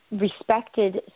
respected